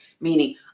Meaning